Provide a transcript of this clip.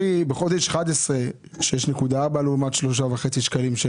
בחודש 11 המחיר של השום הסיני היה 6.4 שקלים לעומת 3.5 שקלים של